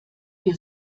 wir